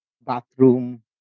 Bathroom